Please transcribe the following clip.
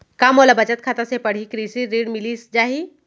का मोला बचत खाता से पड़ही कृषि ऋण मिलिस जाही?